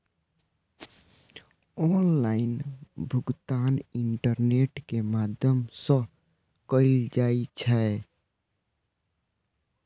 online भुगतान internet के माध्यम सं कैल जाइ छै